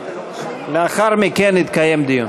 לאחר מכן יתקיים דיון.